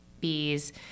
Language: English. bees